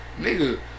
nigga